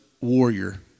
warrior